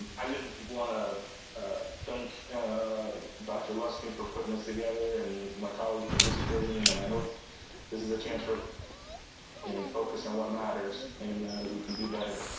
um i just want to thank dr. luskin for putting this together and my colleagues participating, and and i hope this is a chance for us and focus on what matters and we can do better.